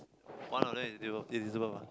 one of them is Libeth Elizabeth mah